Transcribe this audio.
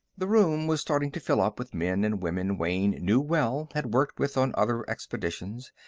the room was starting to fill up, with men and women wayne knew well, had worked with on other expeditions,